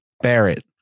Barrett